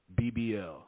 BBL